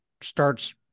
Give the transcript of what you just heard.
starts